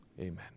Amen